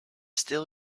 still